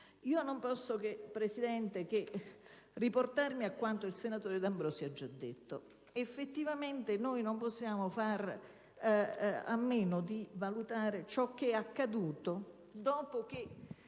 non posso che riportarmi a quanto il senatore D'Ambrosio ha già detto. Effettivamente non possiamo fare a meno di valutare ciò che è accaduto dopo che